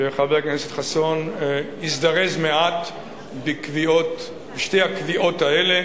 שחבר הכנסת חסון הזדרז מעט בשתי הקביעות האלה.